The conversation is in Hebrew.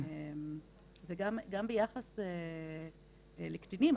גם ביחס לקטינים,